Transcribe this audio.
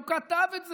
הוא כתב את זה.